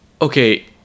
Okay